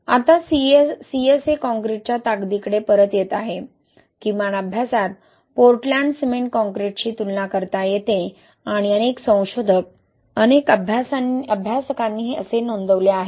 आता CSA कॉंक्रिटच्या ताकदीकडे परत येत आहे किमान अभ्यासात पोर्टलँड सिमेंट कॉंक्रिटशी तुलना करता येते आणि अनेक संशोधक अनेक अभ्यासांनी असे नोंदवले आहे